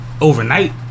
overnight